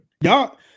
Y'all